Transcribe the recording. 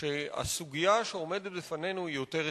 שהסוגיה שעומדת לפנינו היא יותר רחבה.